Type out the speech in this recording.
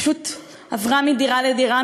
היא פשוט עברה מדירה לדירה,